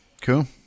cool